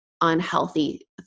unhealthy